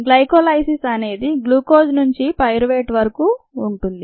glycolysis అనేది glucose నుంచి pyruvate వరకు ఉంటుంది